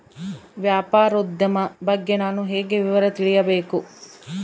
ವ್ಯಾಪಾರೋದ್ಯಮ ಬಗ್ಗೆ ನಾನು ಹೇಗೆ ವಿವರ ತಿಳಿಯಬೇಕು?